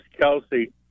Kelsey